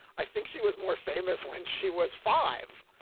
i think she was more famous when she was five.